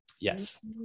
Yes